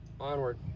Onward